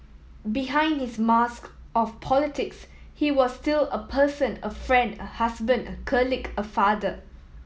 behind his mask of politics he was still a person a friend a husband a colleague a father